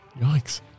Yikes